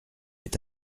est